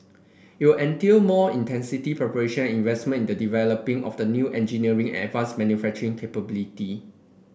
it will entail more intensive preparation investment in the development of new engineering and advanced manufacturing capability